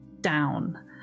down